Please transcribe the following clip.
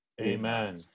Amen